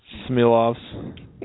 Smilovs